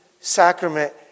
sacrament